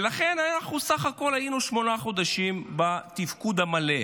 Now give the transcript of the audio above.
ולכן אנחנו סך הכול היינו שמונה חודשים בתפקוד מלא.